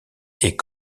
est